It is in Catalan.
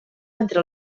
entre